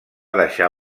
deixar